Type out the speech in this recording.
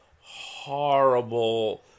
horrible